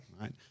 Right